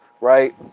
right